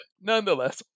nonetheless